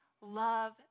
love